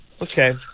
Okay